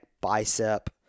bicep